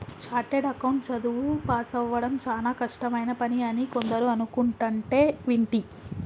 chartered account చదువు పాసవ్వడం చానా కష్టమైన పని అని కొందరు అనుకుంటంటే వింటి